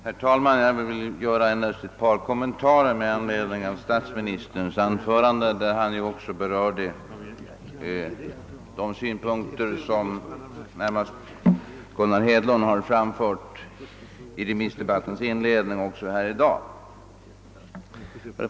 Herr talman! Jag vill endast göra ett par kommentarer med anledning av statsministerns anförande, där han berörde de synpunkter som herr Hedlund framfört under remissdebattens inledning liksom här i dag.